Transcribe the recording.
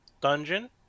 dungeon